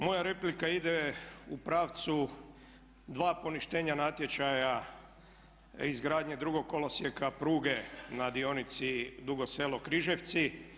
Moja replika ide u pravcu dva poništenja natječaja izgradnje drugog kolosijeka pruge na dionici Dugo Selo-Križevci.